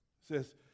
says